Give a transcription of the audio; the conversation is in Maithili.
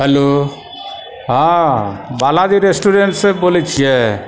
हेलो हँ बालाजी रेस्टोरेन्टसँ बोलय छियै